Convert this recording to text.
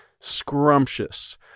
scrumptious